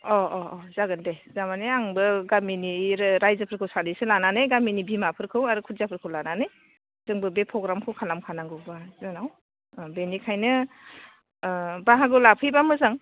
अ अ अ जागोन दे थारमाने आंबो गामिनि रायजोफोरखौ सानैसो लानानै गामिनि बिमाफोरखौ आरो खुदियाफोरखौ लानानै जोंबो बे प्र'ग्रामखौ खालाम खानांगौ जोंनाव बेनिखायनो बाहागो लाफैबा मोजां